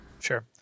Sure